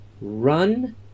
run